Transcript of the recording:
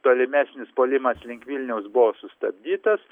tolimesnis puolimas link vilniaus buvo sustabdytas